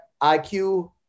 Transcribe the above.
IQ